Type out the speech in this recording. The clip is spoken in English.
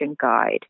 guide